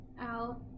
out